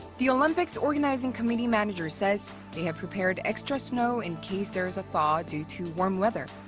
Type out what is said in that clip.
the olympics organizing committee manager says they have prepared extra snow in case there's a thaw due to warm weather,